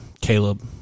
caleb